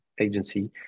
agency